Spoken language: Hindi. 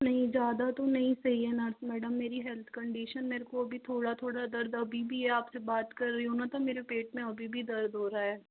नहीं ज़्यादा तो नहीं सही है नर्स मैडम मेरी हेल्थ कंडीशन मेरे को अभी थोड़ा थोड़ा दर्द अभी भी है आपसे बात कर रही हूँ ना तो मेरे पेट में अभी भी दर्द हो रहा है